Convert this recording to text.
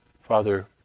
Father